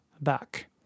back